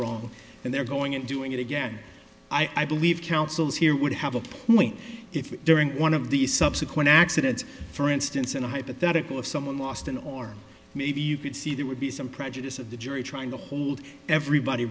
wrong and there going it doing it again i believe councils here would have a point if during one of these subsequent accidents for instance in a hypothetical if someone lost and or maybe you could see there would be some prejudice of the jury trying to hold everybody